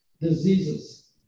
diseases